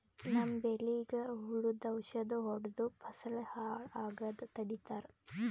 ನಮ್ಮ್ ಬೆಳಿಗ್ ಹುಳುದ್ ಔಷಧ್ ಹೊಡ್ದು ಫಸಲ್ ಹಾಳ್ ಆಗಾದ್ ತಡಿತಾರ್